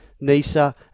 Nisa